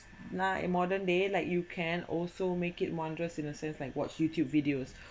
nah a modern day like you can also make it wondrous in a sense like watch youtube videos